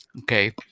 Okay